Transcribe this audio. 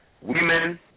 women